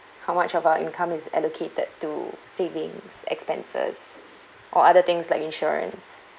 how much of our income is allocated to savings expenses or other things like insurance